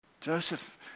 Joseph